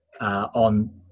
on